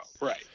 right